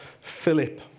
Philip